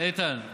איתן,